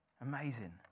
Amazing